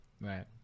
Right